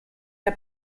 der